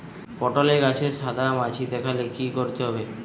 পটলে গাছে সাদা মাছি দেখালে কি করতে হবে?